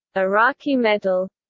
iraqi medal